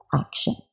action